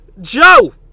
Joe